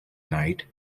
night